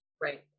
Right